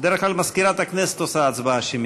בדרך כלל מזכירת הכנסת עושה הצבעה שמית.